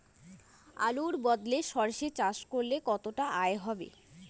আলুর বদলে সরষে চাষ করলে কতটা আয় হবে?